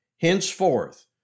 Henceforth